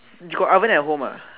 you got oven at home ah